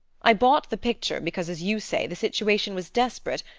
i bought the picture because, as you say, the situation was desperate,